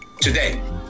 today